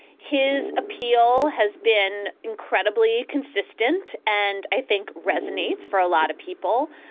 his appeal has been incredibly consistent and i think resonates for a lot of people.